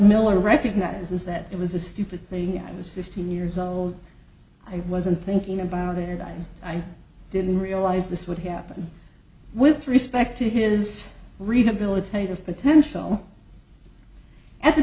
miller recognises that it was a stupid thing i was fifteen years old i wasn't thinking about it and i didn't realise this would happen with respect to his rehabilitative potential at the